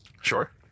Sure